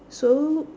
so